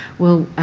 well,